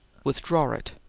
withdraw it!